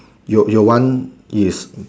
your your one is